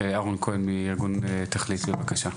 אהרון כהן, מארגון 'תכלית', בבקשה.